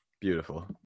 Beautiful